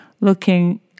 looking